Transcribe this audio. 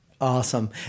Awesome